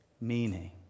meaning